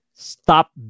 Stop